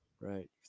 right